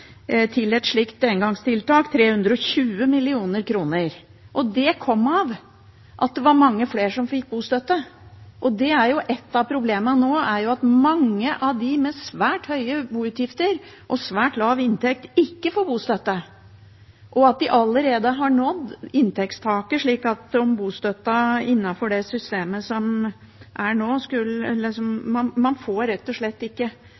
til et slikt engangstiltak, 320 mill. kr. Det kom av at det var mange flere som fikk bostøtte. Et av problemene nå er at mange av dem med svært høye boutgifter og svært lav inntekt ikke får bostøtte, og at de allerede har nådd inntektstaket, slik at man innenfor det systemet som er nå, rett og slett ikke